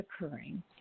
occurring